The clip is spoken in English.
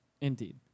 Indeed